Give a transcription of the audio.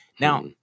Now